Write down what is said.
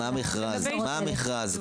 מה המכרז?